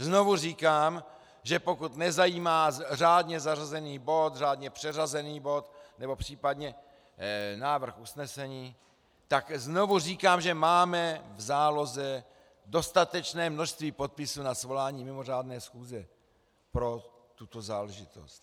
Znovu říkám, že pokud nezajímá řádně zařazený bod, řádně přeřazený bod nebo případně návrh usnesení, tak znovu říkám, že máme v záloze dostatečné množství podpisů na svolání mimořádné schůze pro tuto záležitost.